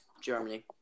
Germany